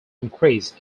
increase